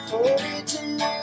Forty-two